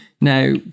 now